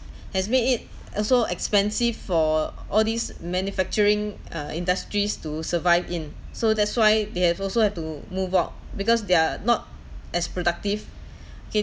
has made it also expensive for all these manufacturing uh industries to survive in so that's why they have also had to move out because they're not as productive